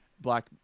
black